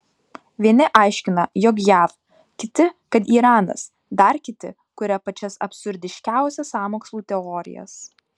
vieni aiškina jog jav kiti kad iranas dar kiti kuria pačias absurdiškiausias sąmokslų teorijas